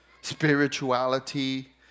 spirituality